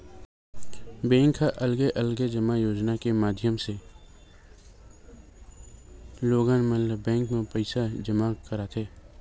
bank ह अलगे अलगे जमा योजना के माधियम ले लोगन मन ल बेंक म पइसा जमा करवाथे